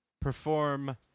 perform